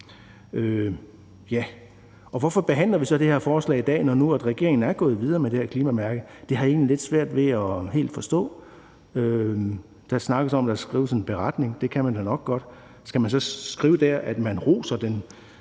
Hvorfor behandler vi så det her forslag i dag, når nu regeringen er gået videre med det her klimamærke? Det har jeg egentlig lidt svært ved helt at forstå. Der snakkes om, at der skal skrives en beretning. Det kan man da godt. Skal man så skrive der, at man roser den